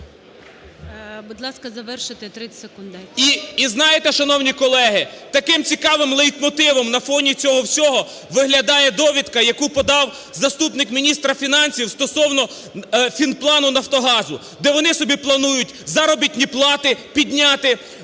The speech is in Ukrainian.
І, знаєте, шановні колеги, таким цікавим лейтмотивом на фоні цього всього виглядає довідка, яку подав заступник міністра фінансів стосовно фінплану "Нафтогазу", де вони собі планують заробітні плати підняти